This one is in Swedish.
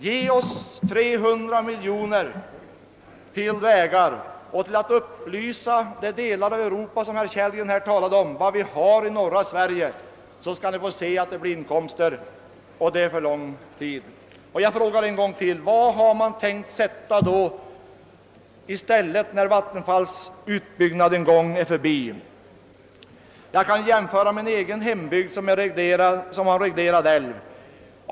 Ge oss 300 miljoner kronor till vägar och till att upplysa människorna i de delar av Europa, som herr Kellgren berörde, om vad vi har i norra Sverige, så skall ni se att det blir inkomster — och det under lång tid! Jag frågar än en gång: Vad har man tänkt sätta i stället när Vattenfalls utbyggnad är färdig? Jag kan jämföra med min egen hembygd, som har reglerad älv.